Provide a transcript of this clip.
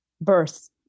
birth